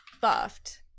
buffed